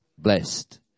Blessed